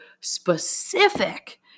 specific